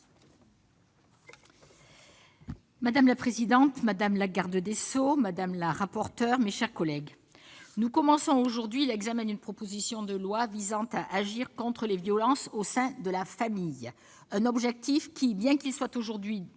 Madame la présidente, madame la garde des sceaux, mes chers collègues, nous commençons aujourd'hui l'examen d'une proposition de loi visant à agir contre les violences au sein de la famille, un objectif qui, bien qu'il soit aujourd'hui consensuel,